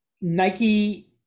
Nike